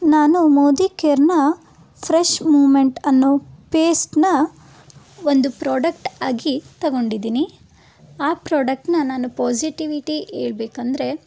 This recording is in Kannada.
ನಾನು ಮೋದಿಕೇರ್ನ ಫ್ರೆಶ್ ಮೂಮೆಂಟ್ ಅನ್ನೋ ಪೇಸ್ಟನ್ನ ಒಂದು ಪ್ರಾಡಕ್ಟ್ ಆಗಿ ತಗೊಂಡಿದ್ದೀನಿ ಆ ಪ್ರಾಡಕ್ಟನ್ನ ನಾನು ಪಾಸಿಟಿವಿಟಿ ಹೇಳ್ಬೇಕಂದ್ರೆ